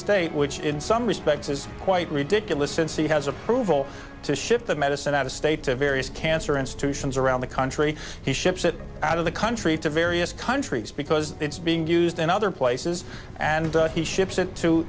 state which in some respects is quite ridiculous since he has approval to shift the medicine out of state to various cancer institutions around the country he ships it out of the country to various countries because it's being used in other places and he shi